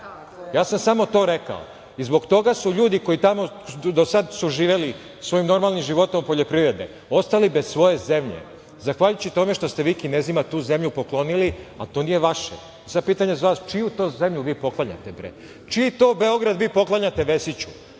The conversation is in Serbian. Ja sam samo to rekao i zbog toga su ljudi koji su do sada živeli svojim normalnim životom od poljoprivrede ostali bez svoje zemlje, zahvaljujući tome što ste vi Kinezima tu zemlju poklonili, a to nije vaše. Sada pitanje za vas, čiju to zemlju poklanjate bre? Čiji to Beograd vi poklanjate Vesiću?